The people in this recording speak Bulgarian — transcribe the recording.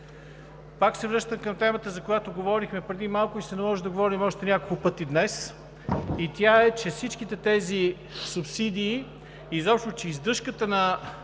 Пак се връщам към темата, за която говорихме преди малко, и ще се наложи да говорим още няколко пъти днес. Тя е, че всичките тези субсидии, издръжката на